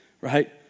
right